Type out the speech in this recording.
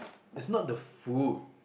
is not the food